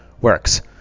works